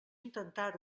intentar